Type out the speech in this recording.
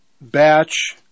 batch